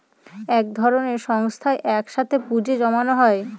এক ধরনের সংস্থায় এক সাথে পুঁজি জমানো হয়